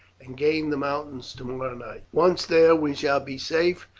and gain the mountains tomorrow night. once there we shall be safe,